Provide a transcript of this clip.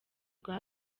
rwa